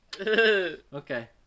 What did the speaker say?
Okay